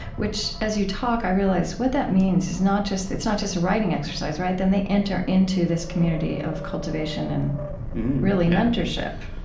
which as you talk, i realize what that means is not just it's not just a writing exercise, right? then they enter into this community of cultivation and really mentorship